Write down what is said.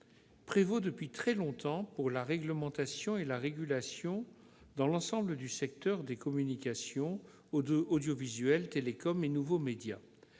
prévaut depuis très longtemps pour la réglementation et la régulation dans l'ensemble du secteur des communications audiovisuelles, télécoms et nouveaux médias.